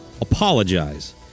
apologize